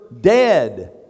dead